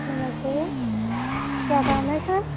नमस्ते क्या काम है सर